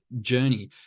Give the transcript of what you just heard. journey